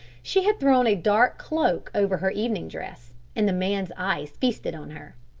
she had thrown a dark cloak over her evening dress, and the man's eyes feasted on her.